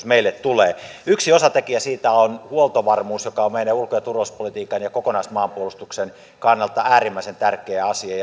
meille tulee yksi osatekijä siitä on huoltovarmuus joka on meidän ulko ja turvallisuuspolitiikan ja kokonaismaanpuolustuksen kannalta äärimmäisen tärkeä asia